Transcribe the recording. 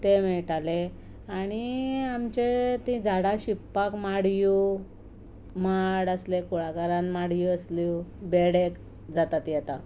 ते मेळटाले आनी आमचे तीं झाडां शिंपपाक माड्यो माड आसले कुळागरांत माड्यो आसल्यो जाता तीं आतां